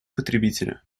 потребителя